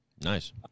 Nice